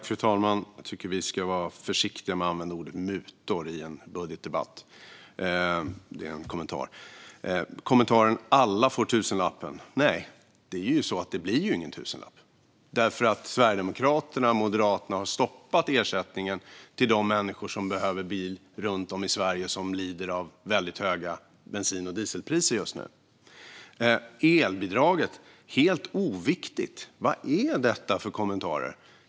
Fru talman! Jag tycker att vi ska vara försiktiga med använda ordet "mutor" i en budgetdebatt. Det är en kommentar. Oscar Sjöstedt säger att alla bilägare får en tusenlapp. Nej, det blir ju ingen tusenlapp, för Sverigedemokraterna och Moderaterna har stoppat ersättningen till de människor som behöver bil runt om i Sverige och lider av väldigt höga bensin och dieselpriser just nu. Elbidraget är helt oviktigt, säger han. Vad är detta för kommentarer?